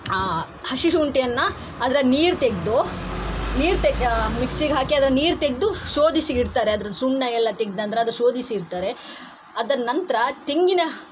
ಹಸಿ ಶುಂಠಿಯನ್ನು ಅದರ ನೀರು ತೆಗೆದು ನೀರು ತೆಗೆ ಮಿಕ್ಸಿಗೆ ಹಾಕಿ ಅದರ ನೀರು ತೆಗೆದು ಶೋಧಿಸಿ ಇಡ್ತಾರೆ ಅದರ ಸುಣ್ಣ ಎಲ್ಲ ತೆಗ್ದು ನಂತರ ಅದು ಶೋಧಿಸಿ ಇಡ್ತಾರೆ ಅದನ್ನ ನಂತರ ತೆಂಗಿನ